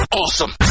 awesome